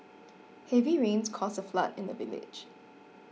heavy rains caused a flood in the village